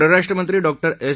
परराष्ट्रमंत्री doctor S